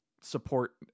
support